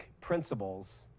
principles